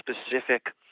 specific